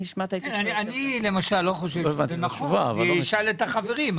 לא חושב שזה נכון; אני אשאל את החברים,